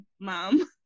mom